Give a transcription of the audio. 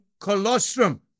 colostrum